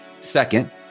Second